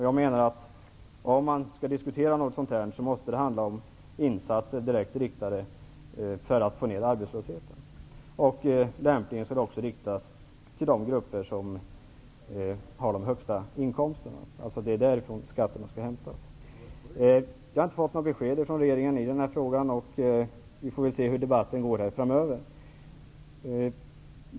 Jag menar att om man skall kunna diskutera någonting i den här vägen måste det kombineras med insatser som är direkt riktade för att få ner arbetslösheten. Lämpligen skall skatten också riktas till de grupper som har de högsta inkomsterna. Det är alltså från dem skatten skall hämtas. Jag har inte fått något besked från regeringen i den här frågan, och vi får väl se hur debatten kommer att gå framöver.